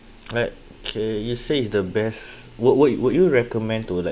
like okay you say the best would would you would you recommend to like